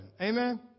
Amen